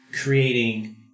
creating